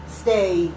stay